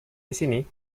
disini